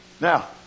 Now